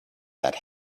that